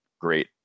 great